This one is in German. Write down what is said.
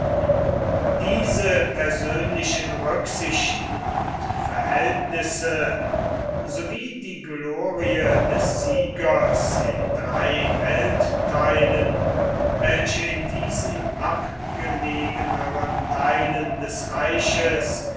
diese persönlichen rücksichten und verhältnisse sowie die glorie des siegers in drei weltteilen welche in diesen abgelegeneren teilen des reiches